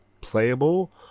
playable